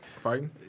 Fighting